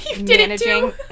managing